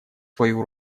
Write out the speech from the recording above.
свою